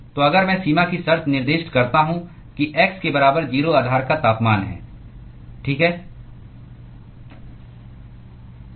तो अगर मैं सीमा की शर्त निर्दिष्ट करता हूं कि x के बराबर 0 आधार का तापमान है ठीक है